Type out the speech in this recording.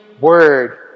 word